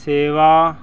ਸੇਵਾ